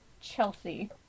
Chelsea